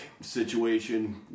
situation